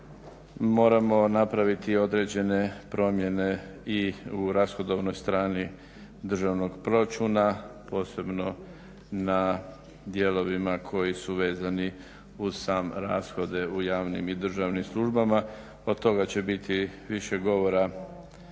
moramo napraviti određene promjene i u rashodovnoj strani državnog proračuna, posebno na dijelovima koji su vezani uz same rashode u javnim i državnim službama. O tome će biti više govora